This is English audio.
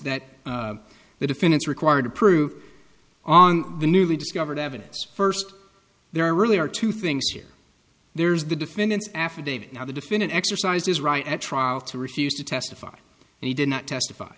that the defendants are required to prove on the newly discovered evidence first there really are two things here there's the defendant's affidavit and how the defendant exercised his right at trial to refuse to testify and he did not testify